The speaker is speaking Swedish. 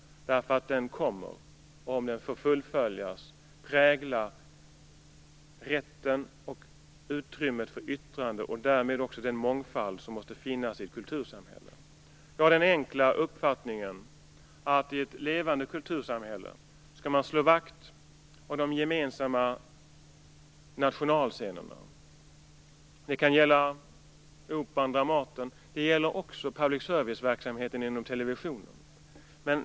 Den kommer, om den får fullföljas, att prägla rätten till och utrymmet för yttrande, och därmed också den mångfald som måste finnas i ett kultursamhälle. Jag har den enkla uppfattningen att man i ett levande kultursamhälle skall slå vakt om de gemensamma nationalscenerna. Det kan gälla Operan och Dramaten, och det gäller också public serviceverksamheten inom televisionen.